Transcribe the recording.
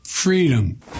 Freedom